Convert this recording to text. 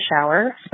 shower